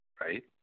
right